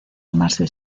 amarse